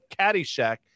Caddyshack